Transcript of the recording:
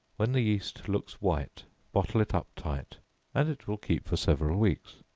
when the yeast looks white bottle it up tight and it will keep for several weeks.